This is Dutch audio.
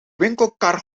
winkelkar